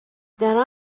that